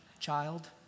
child